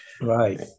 Right